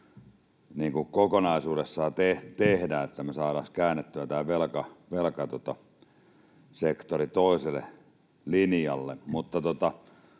pitäisi kokonaisuudessaan tehdä, että me saataisiin käännettyä tämä velkasektori toiselle linjalle.